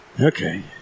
Okay